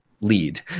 lead